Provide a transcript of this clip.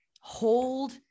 hold